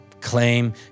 claim